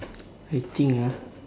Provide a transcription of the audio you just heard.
I think ah